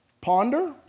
ponder